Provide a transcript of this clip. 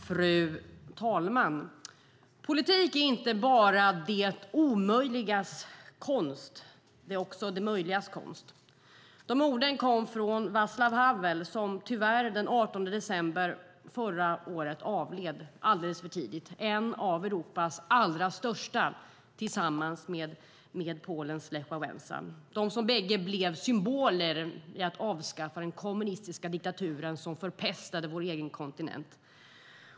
Fru talman! Politik är inte bara det omöjligas konst - det är också det möjligas konst. Dessa ord kom från Václav Havel, som tyvärr avled, alldeles för tidigt, den 18 december förra året. Han var en av Europas allra största, tillsammans med Polens Lech Walesa. De blev bägge symboler i kampen för att avskaffa den kommunistiska diktatur som förpestade vår egen kontinent.